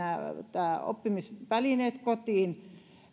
nämä oppimisvälineet kotiin